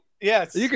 Yes